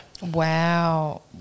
Wow